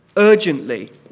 urgently